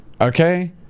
okay